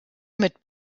mit